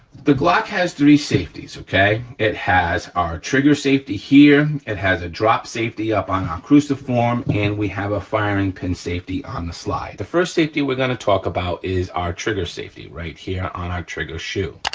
the glock has three safeties, okay? it has our trigger safety here, it has a drop safety up on our cruciform, and we have a firing pin safety on the slide. the first safety we're gonna talk about is our trigger safety right here on our trigger shoe.